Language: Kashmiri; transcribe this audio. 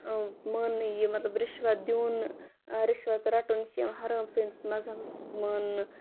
ماننہٕ یہِ مطلب رِشوَت دیُن رِشوَت رَٹُن یہِ چھِ یِوان حرام سٲنِس مَذہَبس ماننہٕ